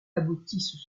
aboutissent